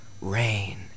rain